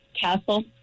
castle